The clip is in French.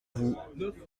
vous